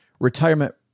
retirement